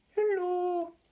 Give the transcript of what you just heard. Hello